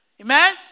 Amen